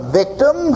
victim